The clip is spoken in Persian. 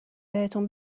بهتون